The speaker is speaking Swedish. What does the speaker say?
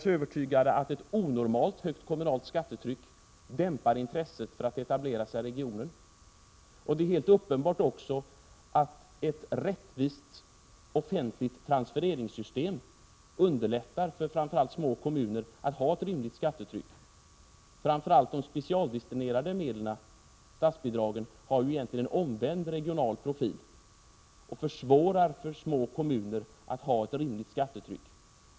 Vi är övertygade om att ett onormalt högt kommunalt skattetryck dämpar intresset för etablering i regionen. Det är också helt uppenbart att ett rättvist offentligt transfereringssystem underlättar för framför allt små kommuner att ha ett rimligt skattetryck. De specialdestinerade statsbidragen har ju egentligen en omvänd regional profil och försvårar för små kommuner att ha ett rimligt skattetryck.